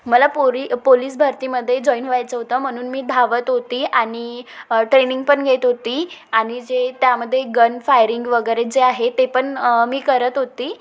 मला पोरी पोलीस भरतीमध्ये जॉईन व्हायचं होतं म्हणून मी धावत होती आणि ट्रेनिंग पण घेत होती आणि जे त्यामध्ये गन फायरिंग वगैरे जे आहे ते पण मी करत होती